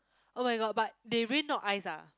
oh-my-god but they really not ice ah